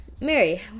Mary